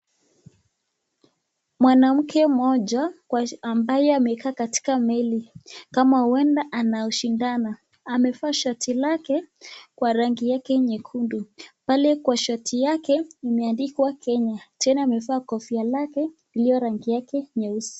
Mwanamke mmoja ambaye amekaa katika meli kama huenda anashindana . Amevaa shati yake kwa rangi yake nyekundu, pale kwa shati yake imeandikwa Kenya. Tena amevaa kofia lake iliyo rangi yake nyeusi.